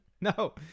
No